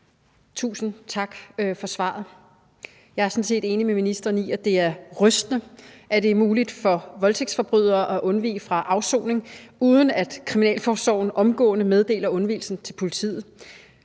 Tusind tak for svaret. Jeg er sådan set enig med ministeren i, at det er rystende, at det er muligt for voldtægtsforbrydere at undvige fra afsoning, uden at kriminalforsorgen omgående meddeler undvigelsen til politiet.